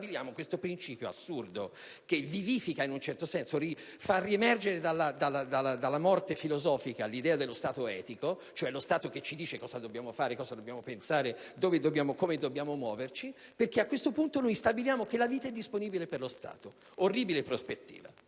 Stabiliamo dunque questo principio assurdo che, in un certo senso, fa riemergere dalla morte filosofica l'idea dello Stato etico, cioè dello Stato che ci dice cosa dobbiamo fare, cosa dobbiamo pensare, come dobbiamo muoverci, perché a questo punto noi stabiliamo che la vita è disponibile per lo Stato. È un'orribile prospettiva